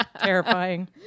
Terrifying